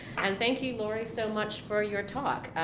and thank you lori so much for your talk.